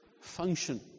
function